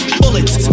bullets